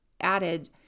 added